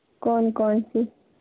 कौन कौन सी